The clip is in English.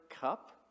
cup